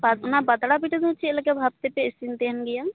ᱯᱟᱛ ᱚᱱᱟ ᱯᱟᱛᱲᱟ ᱯᱤᱴᱷᱟᱹᱠᱚᱫᱚ ᱪᱮᱫ ᱞᱮᱠᱟ ᱵᱷᱟᱯ ᱛᱮᱯᱮ ᱤᱥᱤᱱ ᱛᱟᱦᱮᱱ ᱜᱮᱭᱟ